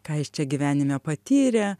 ką jis čia gyvenime patyrė